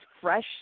fresh